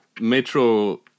metro